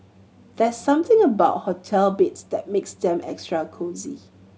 there's something about hotel beds that makes them extra cosy